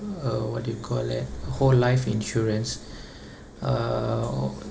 uh what do you call that whole life insurance uh